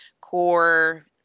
core